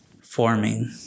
forming